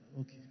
okay